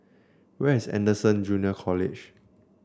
where is Anderson Junior College